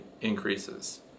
increases